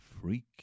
Freak